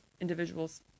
individuals